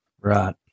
Right